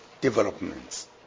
developments